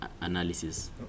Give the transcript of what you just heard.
analysis